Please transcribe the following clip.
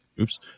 Oops